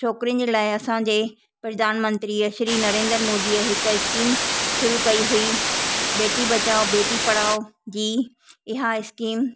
छोकिरियुनि जे लाइ असांजे प्रधानमंत्रीअ श्री नरेंद्र मोदीअ हिकु स्कीम शुरू कई हुई बेटी बचाओ बेटी पढ़ाओ जी इहा स्कीम